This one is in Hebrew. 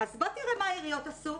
בוא תראה מה העיריות עשו.